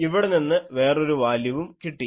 ഇവിടെനിന്ന് വേറൊരു വാല്യുവും കിട്ടി